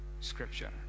scripture